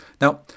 Now